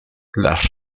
las